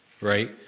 right